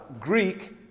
Greek